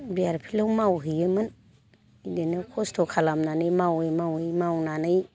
बिआरपिएलाव मावहैयोमोन बिदिनो खस्थ' खालामनानै मावै मावै मावनानै